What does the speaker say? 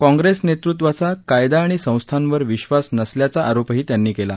काँग्रेस नेतृत्वाचा कायदा आणि संस्थांवर विश्वास नसल्याचा आरोपही त्यांनी केला